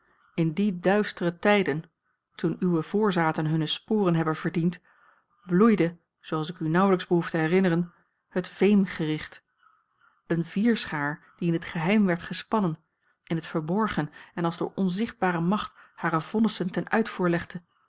in die duistere tijden toen uwe voorzaten hunne sporen hebben verdiend bloeide zooals ik u nauwelijks behoef te herinneren het veemgericht eene vierschaar die in het geheim werd gespannen in het verborgen en als door onzichtbare macht hare vonnissen ten uitvoer legde